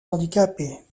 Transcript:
handicapées